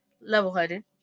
level-headed